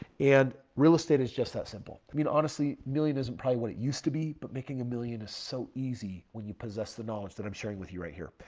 and real estate is just that simple. i mean honestly, million isn't probably what it used to be. but making a million is so easy when you possess the knowledge that i'm sharing with you right here.